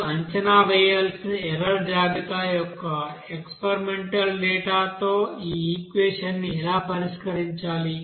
మీరు అంచనా వేయాల్సిన ఎర్రర్ జాబితా యొక్క ఎక్స్పెరిమెంటల్ డేటా తో ఈ ఈక్వెషన్ ని ఎలా పరిష్కరించాలి